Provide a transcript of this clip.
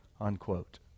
Unquote